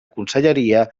conselleria